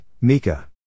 Mika